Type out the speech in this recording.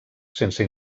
sense